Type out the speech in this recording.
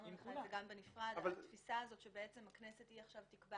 את זה גם בנפרד מהתפישה הזאת שהכנסת היא זאת שתקבע